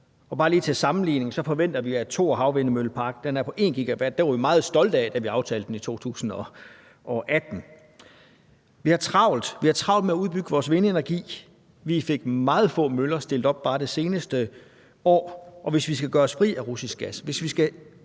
og bare lige til sammenligning forventer vi, at Thor Havvindmøllepark er på 1 GW. Den var vi meget stolte af, da vi aftalte den i 2018. Vi har travlt. Vi har travlt med at udbygge vores vindenergi. Vi fik meget få møller stillet op bare det seneste år, og hvis vi skal gøre os fri af russisk gas, hvis vi skal